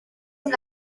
amb